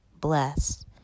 bless